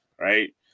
right